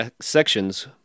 sections